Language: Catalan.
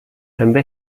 també